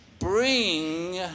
Bring